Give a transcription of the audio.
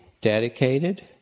dedicated